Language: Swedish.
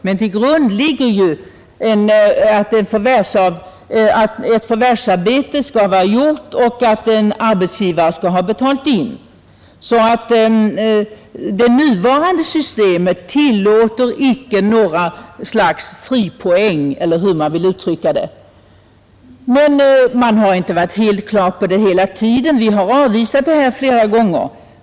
Men till grund ligger ju att ett förvärvsarbete skall vara gjort och att en arbetsgivare skall ha betalat in avgifter. Det nuvarande systemet tillåter icke något slags fripoäng, eller hur man nu vill uttrycka saken. Men man har inte varit helt klar över det hela tiden. Vi har avvisat detta flera gånger.